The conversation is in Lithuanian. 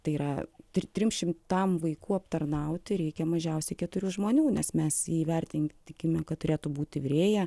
tai yra tri trim šimtam vaikų aptarnauti reikia mažiausiai keturių žmonių nes mes įvertintikime kad turėtų būti virėja